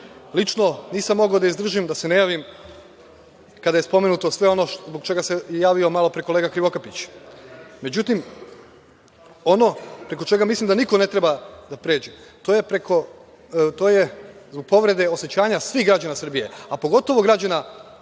nisam mogao da izdržim a da se ne javim kada je spomenuto sve ono zbog čega se javio malopre kolega Krivokapić. Međutim ono preko čega mislim da niko ne treba da pređe jeste zbog povrede osećanja svih građana Srbije, a pogotovo građana sa